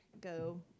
go